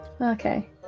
okay